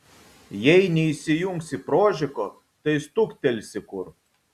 jei neįsijungsi prožiko tai stuktelsi kur